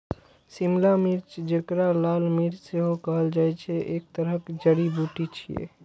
शिमला मिर्च, जेकरा लाल मिर्च सेहो कहल जाइ छै, एक तरहक जड़ी बूटी छियै